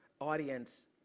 audience